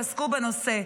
-- שעסקו בנושא,